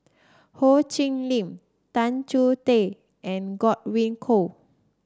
Ho Chee Lick Tan Choh Tee and Godwin Koay